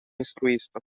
instruisto